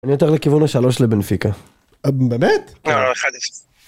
אני יותר לכיוון השלוש לבנפיקה. באמת? כן, חדש.